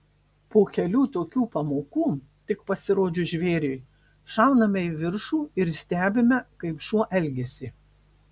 po kelių tokių pamokų tik pasirodžius žvėriui šauname į viršų ir stebime kaip šuo elgiasi